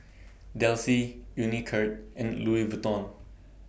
Delsey Unicurd and Louis Vuitton